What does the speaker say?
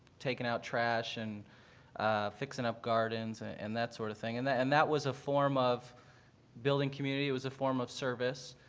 taking out trash and fixing up gardens and that sort of thing, and and that was a form of building community, it was a form of service.